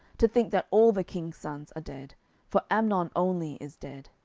to think that all the king's sons are dead for amnon only is dead.